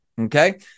okay